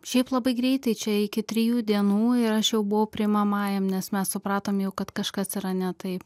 šiaip labai greitai čia iki trijų dienų ir aš jau buvau priimamajam nes mes supratom jau kad kažkas yra ne taip